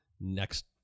next